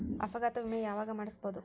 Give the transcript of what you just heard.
ಅಪಘಾತ ವಿಮೆ ಯಾವಗ ಮಾಡಿಸ್ಬೊದು?